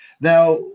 Now